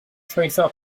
trwytho